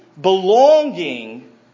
belonging